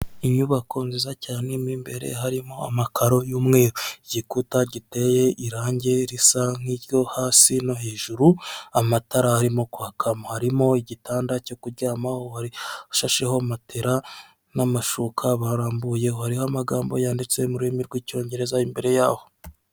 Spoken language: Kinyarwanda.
Inyubako nziza cyane mo imbere harimo amakaro y'umweru, igikuta giteye irangi risa nk'iryo hasi no hejuru, amatara arimo kwakamo. Harimo igitanda cyo kuryamaho, hashasheho matera n'amashuka barambuyeho. Hariho amagambo yanditse mu rurimi rw'icyongereza imbere yaho.